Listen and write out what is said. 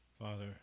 Father